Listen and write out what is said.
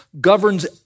governs